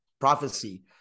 prophecy